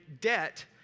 debt